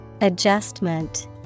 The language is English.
Adjustment